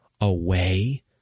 away